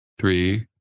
Three